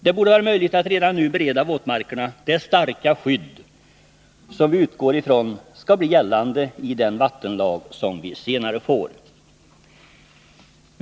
Det borde vara möjligt att redan nu bereda våtmarkerna det starka skydd som vi utgår från skall bli gällande i den vattenlag vi senare får.